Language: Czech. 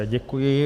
Děkuji.